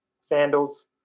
sandals